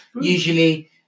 Usually